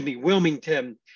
Wilmington